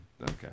Okay